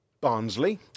Barnsley